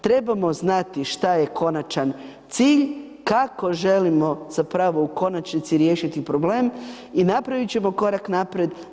Trebamo znati šta je konačan cilj, kako želimo zapravo u konačnici riješiti problem i napravit ćemo korak naprijed.